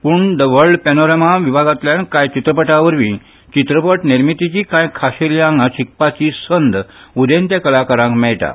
पूण the world panorama विभागांतल्या कांय चित्रपटा वरवीं चित्रपट निर्मितीची कांय खोशेलीं आंगां स्विकारपाची संद उदेंत्या कलाकारांक मेळटा